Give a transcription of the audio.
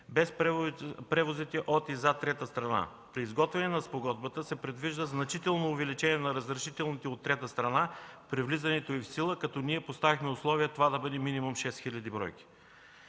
без превозите от и за трета страна. При изготвянето на спогодбата се предвижда значително увеличение на разрешителните от трета страна при влизането й в сила, като ние поставихме условие това да бъде минимум шест хиляди бройки.